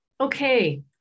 Okay